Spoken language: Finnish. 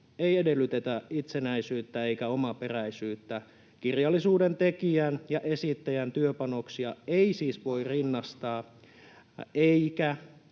ei edellytetä itsenäisyyttä eikä omaperäisyyttä. Kirjallisuuden tekijän ja esittäjän työpanoksia ei siis voi rinnastaa, eikä